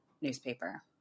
newspaper